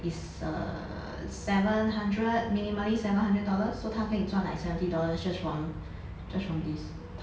is uh seven hundred minimally seven hundred dollars so 他可以赚 like seventy dollars just from just from this